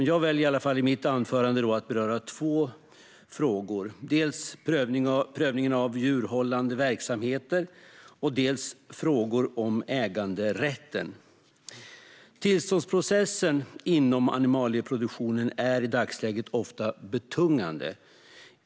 Jag väljer i alla fall att i mitt anförande beröra två frågor, dels prövningen av djurhållande verksamheter, dels frågor om äganderätten. Tillståndsprocessen inom animalieproduktionen är i dagsläget ofta betungande.